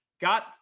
got